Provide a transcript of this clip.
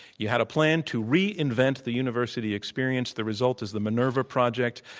you had a plan to reinvent the university experience. the result is the minerva project.